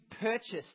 purchased